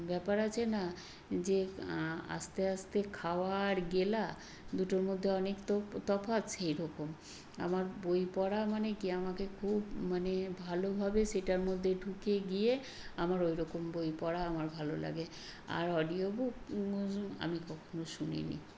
ব্যাপার আছে না যে আস্তে আস্তে খাওয়া আর গেলা দুটোর মধ্যে অনেক তফাৎ সেই রকম আমার বই পড়া মানে কি আমাকে খুব মানে ভালোভাবে সেটার মধ্যে ঢুকে গিয়ে আমার ওই রকম বই পড়া আমার ভালো লাগে আর অডিও বুক আমি কখনো শুনি নি